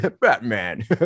Batman